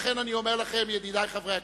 לכן, אני אומר לכם, ידידי חברי הכנסת.